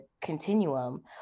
continuum